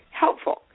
helpful